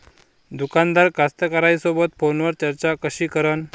दुकानदार कास्तकाराइसोबत फोनवर चर्चा कशी करन?